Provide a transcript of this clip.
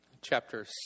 chapter